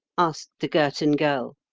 asked the girton girl.